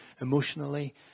emotionally